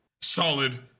solid